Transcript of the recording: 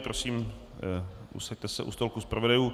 Prosím, posaďte se u stolku zpravodajů.